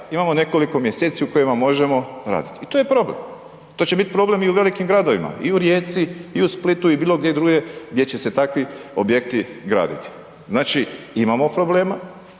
imamo nekoliko mjeseci u kojima možemo raditi. I to je problem. To će biti problem i u velikim gradovima i u Rijeci i u Splitu i bilo gdje drugdje gdje će se takvi objekti graditi. Znači imamo problema